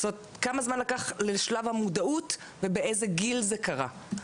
זאת אומרת כמה זמן לקח לשלב המודעות ובאיזה גיל זה קרה?